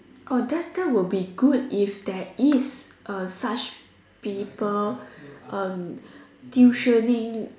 oh that that will be good if there is uh such people um tuitioning